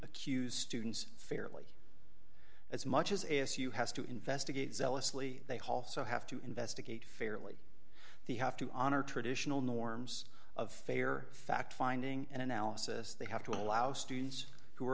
accused students fairly as much as a s u has to investigate zealously they also have to investigate fairly they have to honor traditional norms of fair fact finding and analysis they have to allow students who are